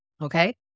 Okay